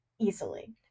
easily